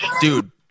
Dude